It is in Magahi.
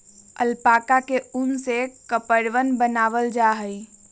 अलपाका के उन से कपड़वन बनावाल जा हई